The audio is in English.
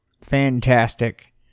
Fantastic